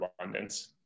abundance